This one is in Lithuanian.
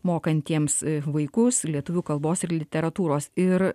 mokantiems vaikus lietuvių kalbos ir literatūros ir